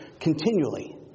continually